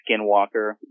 Skinwalker